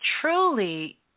truly